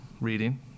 reading